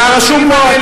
אתה רשום פה.